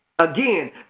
Again